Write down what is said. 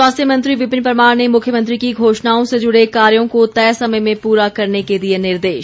स्वास्थ्य मंत्री विपिन परमार ने मुख्यमंत्री की घोषणाओं से जुड़े कार्यों को तय समय में पूरा करने के दिए निर्देश